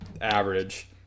average